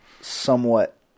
somewhat